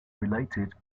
related